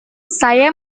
saya